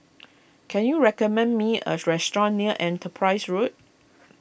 can you recommend me a restaurant near Enterprise Road